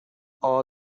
all